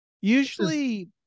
usually